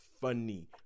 funny